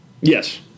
Yes